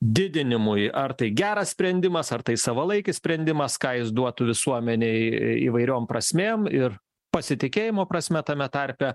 didinimui ar tai geras sprendimas ar tai savalaikis sprendimas ką jis duotų visuomenei įvairiom prasmėm ir pasitikėjimo prasme tame tarpe